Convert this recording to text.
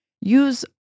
use